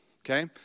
okay